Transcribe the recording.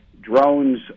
drones